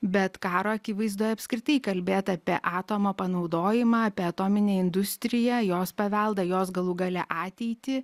bet karo akivaizdoje apskritai kalbėt apie atomo panaudojimą apie atominę industriją jos paveldą jos galų gale ateitį